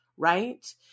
right